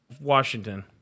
Washington